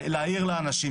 להעיר לאנשים,